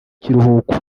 kiruhuko